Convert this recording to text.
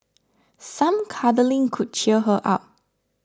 some cuddling could cheer her up